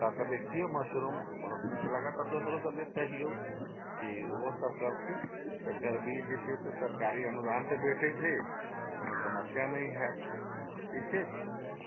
कऽ कऽ देखिऔ मशरूम बहुत नीक लागत आओर दोसरो सबके कहिऔ कि ओहोसब करथिन एकर बीज जे छै सरकारी अनुदानपर भेटै छै कोनो समस्या नहि हैत ठीक छै